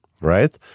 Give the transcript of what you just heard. right